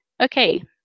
okay